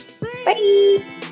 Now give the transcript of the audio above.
Bye